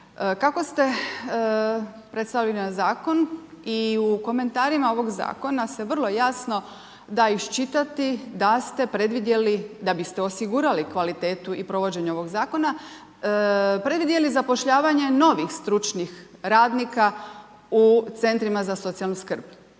Kako ste predstavljali zakon i u komentarima ovog zakona se vrlo jasno da iščitati, da ste predvidjeli da ste osigurali kvalitetu i provođenje ovog zakona predvidjeli zapošljavanje novih stručnih radnika u centrima za socijalnu skrb.